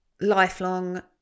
lifelong